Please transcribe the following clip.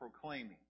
proclaiming